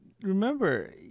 remember